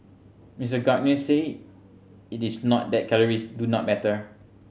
Mister Gardner said it is not that calories do not matter